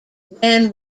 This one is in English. ran